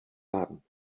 darn